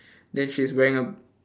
then she's wearing a